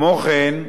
כמו כן,